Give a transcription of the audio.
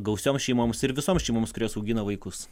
gausioms šeimoms ir visoms šeimoms kurios augina vaikus